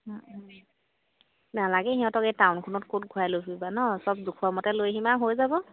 নালাগে সিহঁতক এই টাউনখনত ক'ত ঘূৰাই লৈ ফুবিবা ন চব জোখৰ মতে লৈ আহিম আৰু হৈ যাব